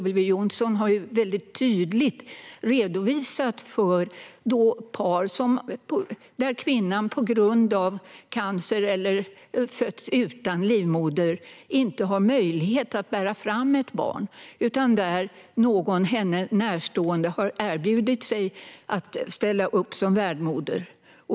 Anders W Jonsson redovisade tydligt situationer där kvinnan i ett par kanske på grund av cancer eller för att hon fötts utan livmoder inte har möjlighet att bära fram ett barn. Någon henne närstående har i stället erbjudit sig att ställa upp som värdmoder.